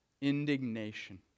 indignation